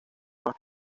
más